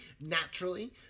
naturally